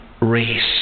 race